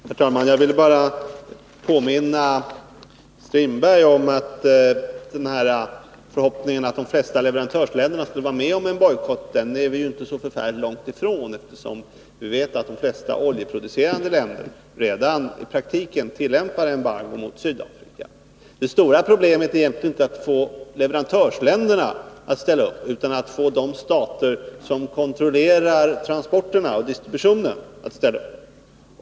Herr talman! Jag vill bara påminna Per-Olof Strindberg om att infriandet av den här förhoppningen, att de flesta leverantörsländer skulle vara med om en bojkott, är vi inte så förfärligt långt ifrån. Vi vet ju att de flesta oljeproducerande länder redan i praktiken tillämpar embargo mot Sydafrika. Det stora problemet är egentligen inte att få leverantörsländerna att ställa upp, utan det är att få de stater som kontrollerar transporterna och distributionen att ställa upp.